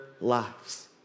lives